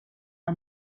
her